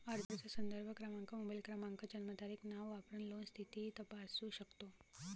अर्ज संदर्भ क्रमांक, मोबाईल क्रमांक, जन्मतारीख, नाव वापरून लोन स्थिती तपासू शकतो